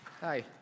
Hi